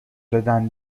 دادن